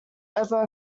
over